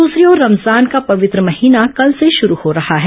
दूसरी ओर रमजान का पवित्र महिना कल से शुरू हो रहा है